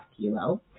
kilo